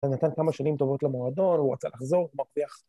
הוא נתן כמה שנים טובות למועדון, הוא רוצה לחזור, מרוויח...